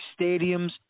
stadiums